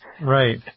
right